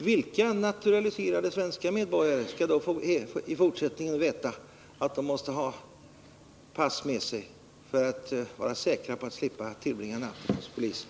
Vilka naturaliserade svenska medborgare skall då i fortsättningen veta att de måste ha pass med sig för att vara säkra på att slippa tillbringa natten hos polisen?